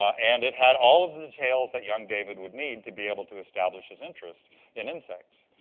ah and it had all of the tales that young david would need to be able to establish his interest in insects.